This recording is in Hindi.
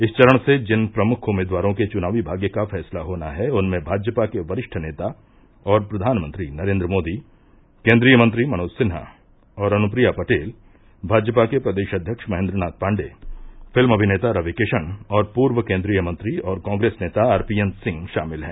इस चरण से जिन प्रमुख उम्मीदवारों के च्नावी भाग्य का फैसला होना है उनमें भाजपा के वरिष्ठ नेता और प्रधानमंत्री नरेन्द्र मोदी केन्द्रीय मंत्री मनोज सिन्हा और अनुप्रिया पटेल भाजपा के प्रदेश अध्यक्ष महेन्द्र नाथ पाण्डेय फिल्म अभिनेता रवि किशन और पूर्व केन्द्रीय मंत्री और कॉग्रेस नेता आर पी एन सिंह शामिल हैं